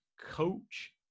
coach